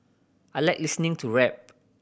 I like listening to rap